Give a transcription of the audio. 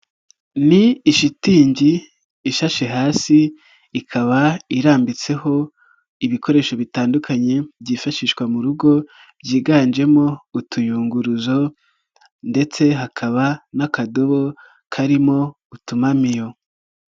Ni ishitingi ishashe hasi ikaba irambitseho ibikoresho bitandukanye byifashishwa mu rugo byiganjemo utuyunguruzo ndetse hakaba n'akadobo karimo utumamiyo.